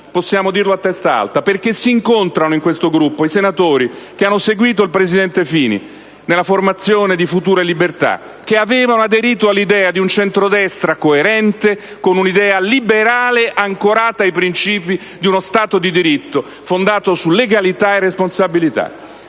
possiamo dirlo a testa alta, perché si incontrano in questo Gruppo i senatori che hanno seguito il presidente Fini nella formazione di Futuro e Libertà, che avevano aderito all'idea di un centrodestra coerente con un'idea liberale, ancorata ai principi di uno Stato di diritto fondato su legalità e responsabilità,